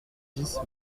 dix